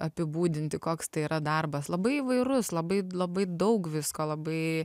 apibūdinti koks tai yra darbas labai įvairus labai labai daug visko labai